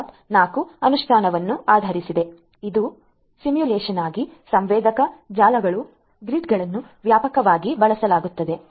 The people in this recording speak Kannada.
4 ಅನುಷ್ಠಾನವನ್ನು ಆಧರಿಸಿದೆ ಇದು ಸಿಮ್ಯುಲೇಶನ್ಗಾಗಿ ಸೆನ್ಸರ್ ಜಾಲಗಳು ಗ್ರಿಡ್ಗಳನ್ನೂ ವ್ಯಾಪಕವಾಗಿ ಬಳಸಲಾಗುತ್ತದೆ